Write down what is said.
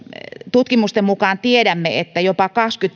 tutkimusten mukaan tiedämme että jopa